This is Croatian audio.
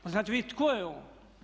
Pa znate vi tko je on?